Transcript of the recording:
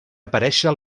aparèixer